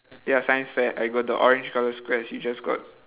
ya science fair I got the orange colour squares you just got